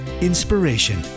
inspiration